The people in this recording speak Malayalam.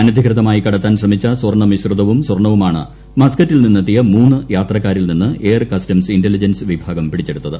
അനധികൃതമായി കടത്താൻ ശ്രമിച്ച സ്വർണമിശ്രിതവും സ്വർണവുമാണ് മസ്കറ്റിൽനിന്നെത്തിയ മൂന്ന് യാത്രക്കാരിൽനിന്ന് എയർ കസ്റ്റംസ് ഇന്റലിജൻസ് വിഭാഗം പിടിച്ചെടുത്തത്